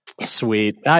sweet